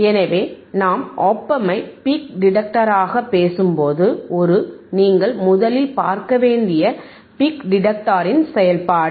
எனவே நாம் op ampஐ பீக் டிடெக்டராக பேசும்போது ஒரு நீங்கள் முதலில் பார்க்க வேண்டியது பீக் டிடெக்டரின் செயல்பாடு